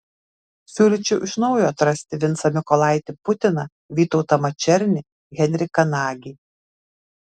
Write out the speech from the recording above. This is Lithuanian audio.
siūlyčiau iš naujo atrasti vincą mykolaitį putiną vytautą mačernį henriką nagį